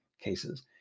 cases